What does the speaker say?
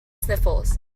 sniffles